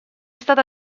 stata